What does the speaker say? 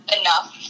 enough